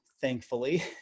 thankfully